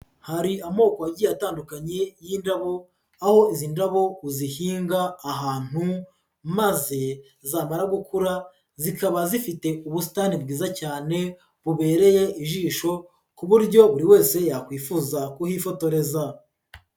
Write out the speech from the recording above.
Hari amoko agiye atandukanye y'indabo, aho izi ndabo uzihinga ahantu maze zamara gukura zikaba zifite ubusitani bwiza cyane bubereye ijisho, ku buryo buri wese yakwifuza kuhifotoreza.